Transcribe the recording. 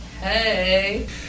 Hey